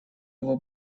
его